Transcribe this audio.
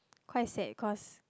quite sad cause